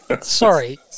Sorry